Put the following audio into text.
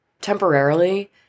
temporarily